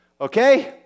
Okay